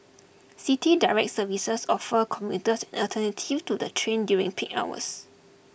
City Direct services offer commuters an alternative to the train during peak hours